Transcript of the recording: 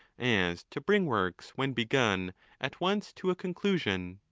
as to bring works when begun at once to a conclusion.